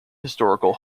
historical